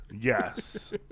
Yes